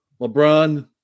LeBron